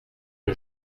que